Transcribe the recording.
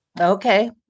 Okay